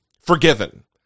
forgiven